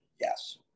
Yes